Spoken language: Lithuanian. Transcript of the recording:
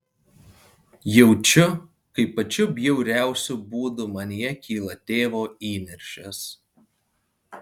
jaučiu kaip pačiu bjauriausiu būdu manyje kyla tėvo įniršis